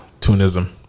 Tunism